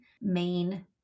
main